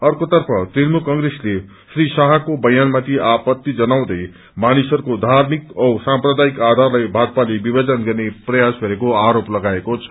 अकोतर्फ तृणमूल कंग्रेसले श्री शाहको बयानमाथि आपत्ति जनाउँदै मानिसहरूको धार्मिक औ सम्प्रदायिक आधारलाई भाजपाले विभानज गर्ने प्रयास गरेको आरोप लगाएको छ